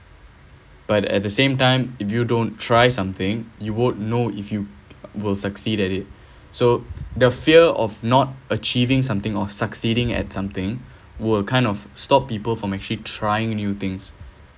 but at the same time if you don't try something you won't know if you will succeed at it so the fear of not achieving something or succeeding at something were kind of stop people from actually trying new things